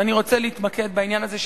ואני רוצה להתמקד בעניין הזה,